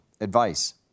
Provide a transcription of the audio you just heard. advice